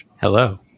Hello